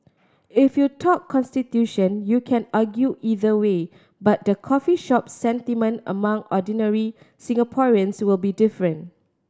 if you talk constitution you can argue either way but the coffee shop sentiment among ordinary Singaporeans will be different